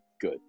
good